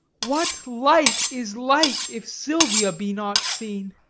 what light is light, if silvia be not seen?